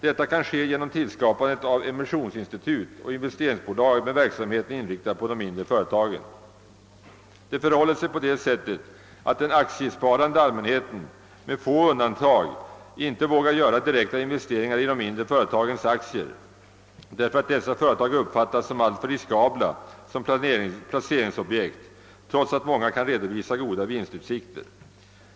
Detta kan ske genom tillskapandet av emissionsinstitut och investeringsbolag med verksamheten inriktad på de mindre företagen. Den aktiesparande allmänheten vågar med få undantag icke göra direkta investeringar i mindre företags aktier, eftersom dessa företag uppfattas som alltför riskabla placeringsobjekt, trots att många kan redovisa goda vinstutsikter.